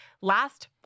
last